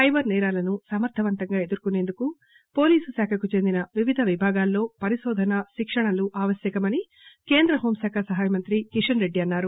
cyber సేరాలను సమర్దవంతంగా ఎదుర్కొనేందుకు పోలీసు శాఖకు చెందిన వివిధ విభాగాల్లో పరిశోధన శిక్షణలు ఆవశ్యకమని కేంద్ర హోంశాఖ సహాయమంత్రి కిషన్ రెడ్డి అన్నారు